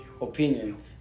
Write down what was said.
opinion